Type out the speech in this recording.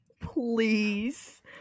Please